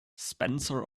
spencer